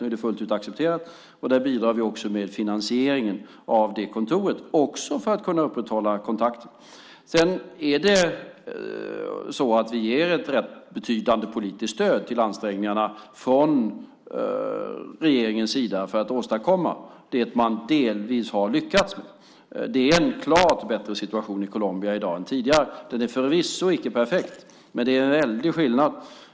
Nu är det fullt ut accepterat. Vi bidrar också till finansieringen av det kontoret, också för att kunna upprätthålla kontakter. Sedan är det så att vi från regeringens sida ger ett rätt betydande politiskt stöd till ansträngningarna för att åstadkomma det man delvis redan har lyckats med. Det är en klart bättre situation i Colombia i dag än tidigare. Den är förvisso inte perfekt, men det är en väldig skillnad.